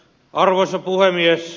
arvoisa puhemies